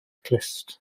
clust